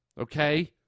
okay